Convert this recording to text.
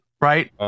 right